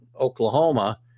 Oklahoma